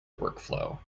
workflow